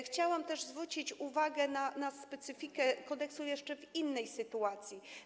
Chciałam też zwrócić uwagę na specyfikę kodeksu jeszcze w innej sytuacji.